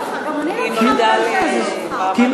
כי היא נולדה למעמד אחר?